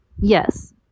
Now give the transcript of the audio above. yes